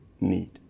need